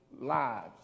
lives